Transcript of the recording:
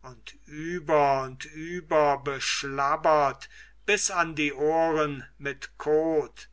und über und über beschlabbert bis an die ohren mit kot